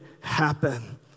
happen